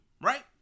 Right